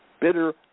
bitter